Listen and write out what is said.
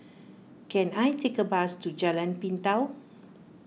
can I take a bus to Jalan Pintau